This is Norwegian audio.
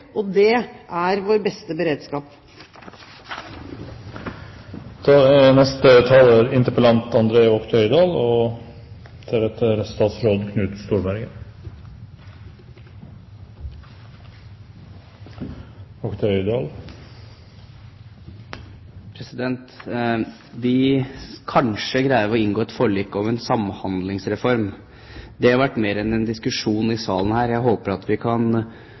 bander. Det er vår beste beredskap. Vi kan kanskje greie å inngå forlik om en samhandlingsreform. Det har vært mer enn en diskusjon i salen her. Jeg håper at vi etter hvert kan